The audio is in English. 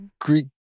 Greek